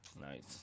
Nice